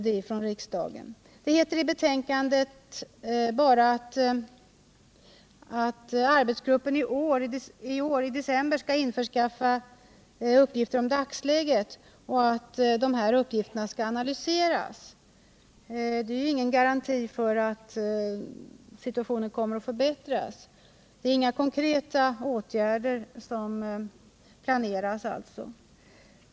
Det heter i betänkandet bara att arbetsgruppen i december i år skall införskaffa uppgifter om dagsläget och att dessa uppgifter skall analyseras. Det är ju ingen garanti för att situationen kommer att förbättras. Det är alltså inga konkreta åtgärder som planeras.